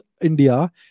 India